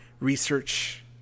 research